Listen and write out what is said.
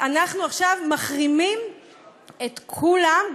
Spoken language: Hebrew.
אנחנו עכשיו מחרימים את כולם,